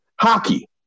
hockey